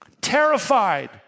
terrified